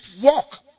walk